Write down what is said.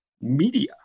Media